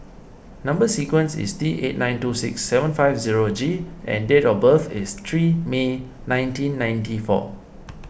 Number Sequence is T eight nine two six seven five zero G and date of birth is three May nineteen ninety four